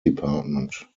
department